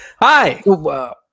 hi